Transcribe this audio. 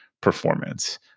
performance